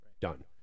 Done